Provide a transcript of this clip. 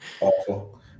awful